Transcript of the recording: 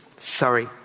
Sorry